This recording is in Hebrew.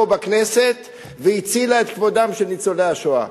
בכנסת והצילה את כבודם של ניצולי השואה.